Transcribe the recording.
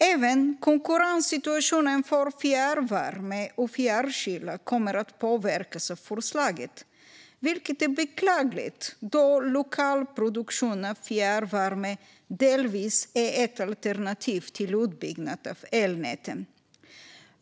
Även konkurrenssituationen för fjärrvärme och fjärrkyla kommer att påverkas av förslaget, vilket är beklagligt då lokal produktion av fjärrvärme delvis är ett alternativ till utbyggnad av elnäten.